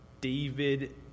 David